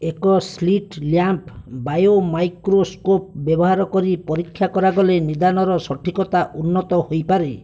ଏକ slit lamp biomicroscope ବ୍ୟବହାର କରି ପରୀକ୍ଷା କରାଗଲେ ନିଦାନର ସଠିକତା ଉନ୍ନତ ହୋଇପାରେ